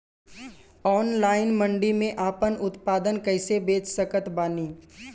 Online mandi मे आपन उत्पादन कैसे बेच सकत बानी?